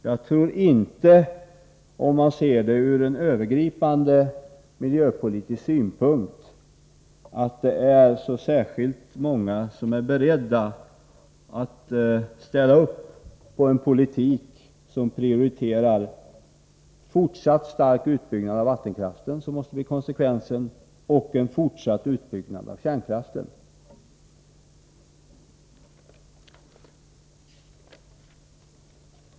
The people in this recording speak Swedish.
Ser man det hela från en övergripande miljöpolitisk synpunkt, tror jag inte att så många är beredda att ställa upp på en politik som prioriterar fortsatt stark utbyggnad av vattenkraften — detta måste ju bli konsekvensen — och en fortsatt utbyggnad av kärnkraften.